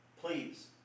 please